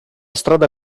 strada